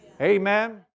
amen